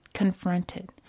confronted